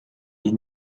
des